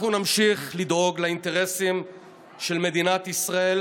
אנחנו נמשיך לדאוג לאינטרסים של מדינת ישראל,